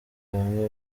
bamwe